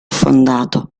fondato